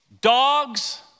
Dogs